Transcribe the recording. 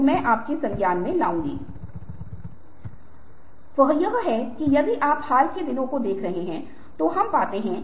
जो व्यक्ति शेष से अनुपस्थित हैं वे ही अक्सर ओवरटाइम कर रहे हैं